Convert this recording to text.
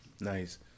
Nice